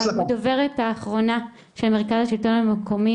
הדוברת האחרונה של מרכז השלטון המקומי,